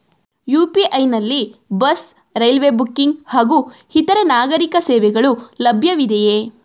UPI ನಲ್ಲಿ bus, railway booking ಹಾಗೂ ಇತರೆ ನಾಗರೀಕ ಸೇವೆಗಳು ಲಭ್ಯವಿದೆಯೇ?